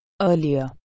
Earlier